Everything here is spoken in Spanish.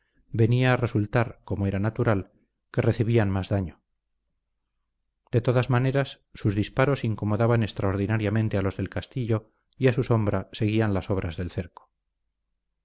venía a resultar como era natural que recibían más daño de todas maneras sus disparos incomodaban extraordinariamente a los del castillo y a su sombra seguían las obras del cerco